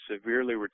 severely